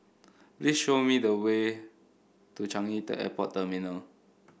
please show me the way to Changi the Airport Terminal